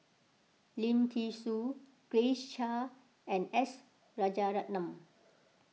Lim thean Soo Grace Chia and S Rajaratnam